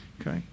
Okay